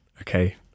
okay